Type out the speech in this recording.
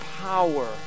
power